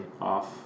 off